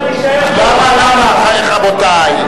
למה, למה, רבותי?